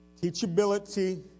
teachability